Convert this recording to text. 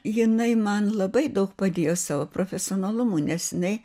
jinai man labai daug padėjo savo profesionalumu nes jinai